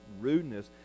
rudeness